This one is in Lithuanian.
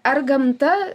ar gamta